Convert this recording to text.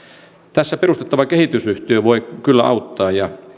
tässä perustettava kehitysyhtiö voi kyllä auttaa ja